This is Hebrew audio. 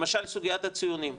למשל סוגיית הציונים.